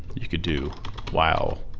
you could do while.